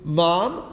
mom